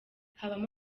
habamo